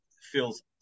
feels